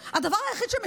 פעם אתה ככה ולא אחרת.